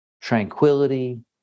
tranquility